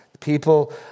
people